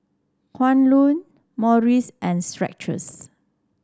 Kwan Loong Morries and Skechers